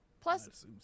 Plus